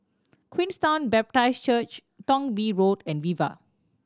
Queenstown Baptist Church Thong Bee Road and Viva